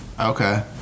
okay